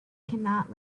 cannot